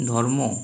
ধর্ম